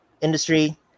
industry